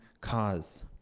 cause